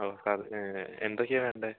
നമസ്കാരം എന്തൊക്കെയാണ് വേണ്ടത്